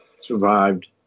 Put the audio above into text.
survived